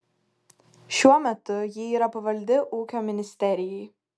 šiuo metu ji yra pavaldi ūkio ministerijai